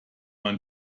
man